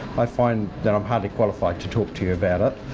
i find that i'm hardly qualified to talk to you about it.